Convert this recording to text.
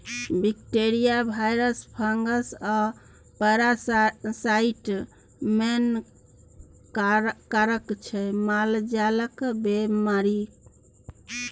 bacteria, virus, fungus आ parasite main कारक छै मालजालक बेमारीक